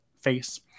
face